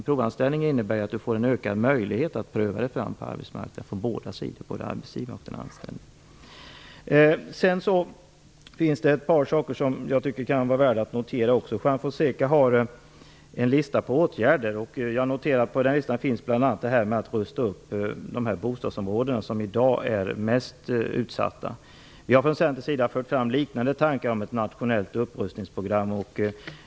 Provanställningen innebär ju att man får en ökad möjlighet att pröva sig fram på arbetsmarknadsmarknaden, och det gäller båda sidor, arbetsgivaren och den anställde. Det finns ytterligare ett par saker som jag tycker att det är värt att notera. Juan Fonseca har presenterat en lista på åtgärder. Jag noterar att det på den listan finns bl.a. upprustning av de bostadsområden som i dag är mest utsatta. Vi har från Centerns sida fört fram liknande tankar om ett nationellt upprustningsprogram.